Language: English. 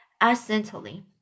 accidentally